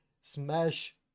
smash